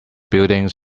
buildings